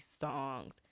songs